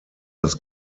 das